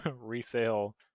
resale